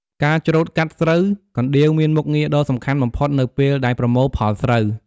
ការច្រូតកាត់ស្រូវ កណ្ដៀវមានមុខងារដ៏សំខាន់បំផុតនៅពេលដែលប្រមូលផលស្រូវ។